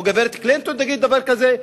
או הגברת קלינטון תגיד דבר כזה,